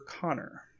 connor